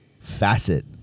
facet